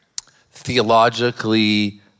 theologically